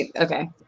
Okay